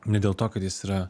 ne dėl to kad jis yra